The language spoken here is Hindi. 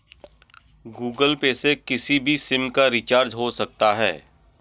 गूगल पे से किसी भी सिम का रिचार्ज हो सकता है